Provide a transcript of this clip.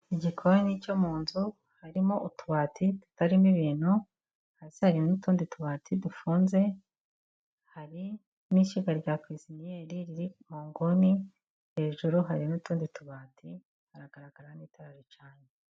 Igikoni cyo mu nzu harimo utubati tutarimo ibintu, hasi hari n'utundi tubati dufunze, hari n'ishyiga rya kwiziniyeri riri mu nguni, hejuru hari n'utundi tubati, haragaragara n'itara ricanye.